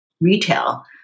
retail